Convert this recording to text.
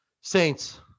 Saints